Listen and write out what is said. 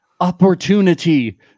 opportunity